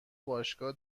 باشگاه